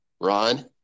Ron